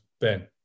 Ben